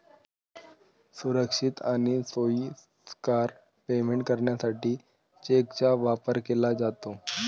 सुरक्षित आणि सोयीस्कर पेमेंट करण्यासाठी चेकचा वापर केला जातो